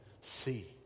see